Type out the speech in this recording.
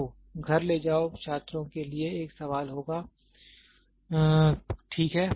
तो घर ले जाओ छात्रों के लिए एक सवाल होगा ठीक है